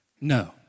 No